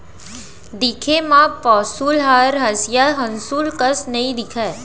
दिखे म पौंसुल हर हँसिया हँसुली कस नइ दिखय